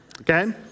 Okay